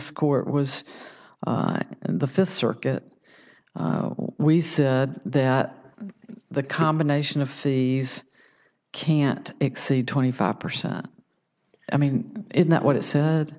score was and the fifth circuit we said that the combination of fees can't exceed twenty five percent i mean in that what it said